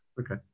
Okay